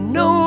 no